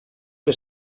que